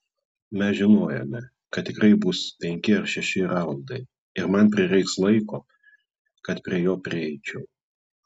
mes žinojome kad tikrai bus penki ar šeši raundai ir man prireiks laiko kad prie jo prieičiau